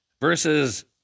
versus